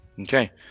Okay